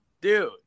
dude